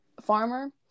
farmer